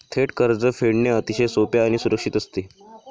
थेट कर्ज फेडणे अतिशय सोपे आणि सुरक्षित असते